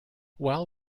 while